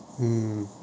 mm